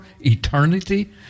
eternity